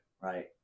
Right